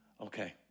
Okay